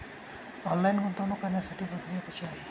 Online गुंतवणूक करण्यासाठी प्रक्रिया कशी आहे?